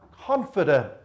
confident